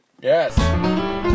Yes